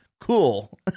cool